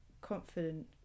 confident